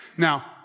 Now